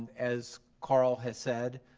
as carl has said,